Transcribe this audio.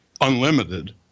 unlimited